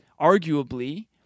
arguably